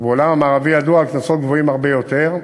ובעולם המערבי ידוע על קנסות גבוהים הרבה יותר.